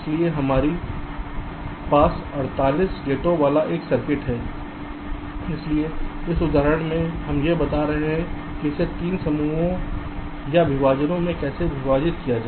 इसलिए हमारे पास 48 गेटों वाला एक सर्किट है इसलिए इस उदाहरण में हम यह बता रहे हैं कि इसे 3 समूहों या विभाजनों में कैसे विभाजित किया जाए